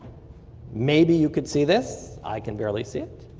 maybe you could see this. i can barely see it.